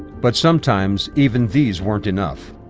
but sometimes even these weren't enough.